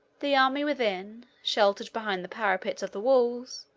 the army within, sheltered behind the parapets of the walls,